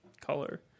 color